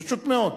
פשוט מאוד.